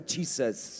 Jesus